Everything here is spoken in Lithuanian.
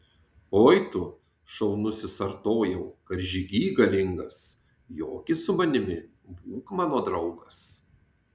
oi tu šaunusis artojau karžygy galingas joki su manimi būk mano draugas